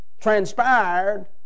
transpired